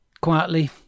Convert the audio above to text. quietly